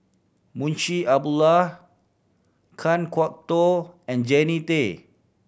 Munshi Abdullah Kan Kwok Toh and Jannie Tay